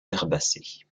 herbacées